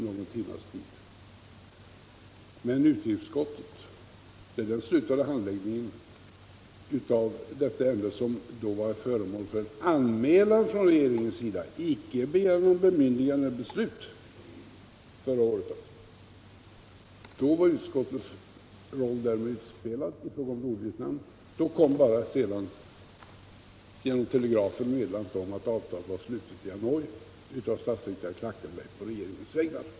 Men i och med att utrikesutskottet förra året avslutade handläggningen av detta ärende — som då var föremål för anmälan från regeringens sida som icke begärde något bemyndigande eller beslut — var utskottets roll utspelad i fråga om biståndsverksamhet till Nordvietnam. Sedan kom bara genom telegrafen meddelandet om att avtalet på regeringens vägnar var slutet i Hanoi av statssekreterare Klackenberg.